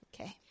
Okay